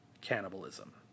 cannibalism